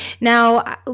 Now